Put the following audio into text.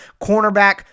cornerback